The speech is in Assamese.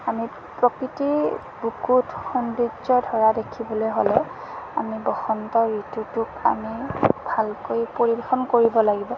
আমি প্ৰকৃতিৰ বুকুত সৌন্দৰ্য ধৰা দেখিবলৈ হ'লে আমি বসন্ত ঋতুটোক আমি ভালকৈ পৰিৱেশন কৰিব লাগিব